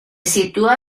situa